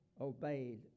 obeyed